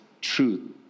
truth